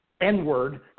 N-word